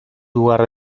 lugar